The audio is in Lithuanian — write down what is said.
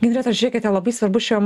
ginreta žiūrėkite labai svarbu šiam